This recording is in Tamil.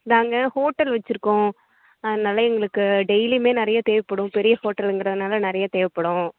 நாங்கள் ஹோட்டல் வச்சுருக்கோம் அதனால எங்களுக்கு டெயிலியுமே நிறையா தேவைப்படும் பெரிய ஹோட்டலுங்குறதுனால நிறைய தேவைப்படும்